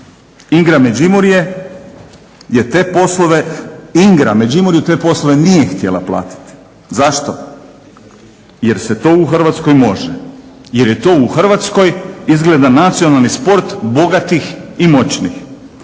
građevinske poslove u Libiji. INGRA Međimurju te poslove nije htjela platiti. Zašto, jer se to u Hrvatskoj može, jer je to u Hrvatskoj izgleda nacionalni sport bogatih i moćnih.